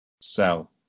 sell